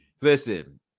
listen